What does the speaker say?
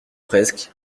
presque